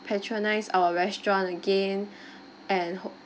patronise our restaurant again and ho~